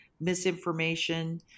misinformation